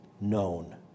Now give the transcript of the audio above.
known